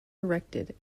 erected